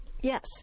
Yes